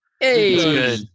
Hey